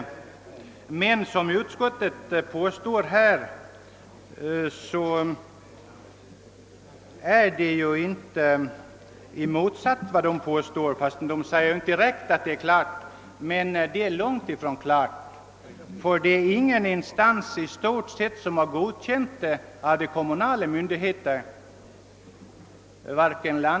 Men när utskottet låter förstå — utan att direkt skriva ut det — att avtalet är klart, vill jag säga att det vore rättare att säga att det är långt ifrån klart. Praktiskt taget ingen kommunal instans, vare sig landsting eller kommuner, har godkänt avtalet.